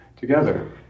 together